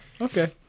Okay